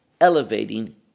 elevating